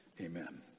amen